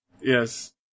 Yes